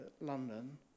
London